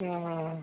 हँ